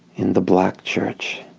in the black church